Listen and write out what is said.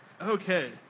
Okay